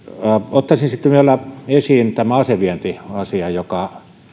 ottaisin sitten vielä esiin tämän asevientiasian joka